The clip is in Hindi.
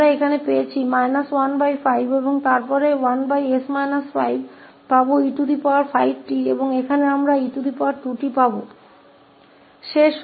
तो हम यहाँ मिलता 15 और उसके बाद 1s 5 दे देंगे e5t और यहाँ हम मिलेगा e2t